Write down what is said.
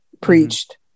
preached